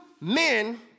men